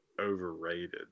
overrated